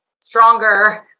stronger